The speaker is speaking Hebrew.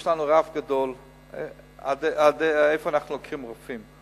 יש לנו רף גבוה עד לאן אנחנו לוקחים רופאים,